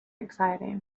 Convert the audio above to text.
exciting